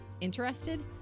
Interested